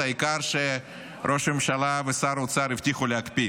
והעיקר שראש ממשלה ושר האוצר הבטיחו להקפיא.